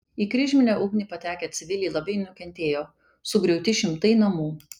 į kryžminę ugnį patekę civiliai labai nukentėjo sugriauti šimtai namų